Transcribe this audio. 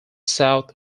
south